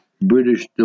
British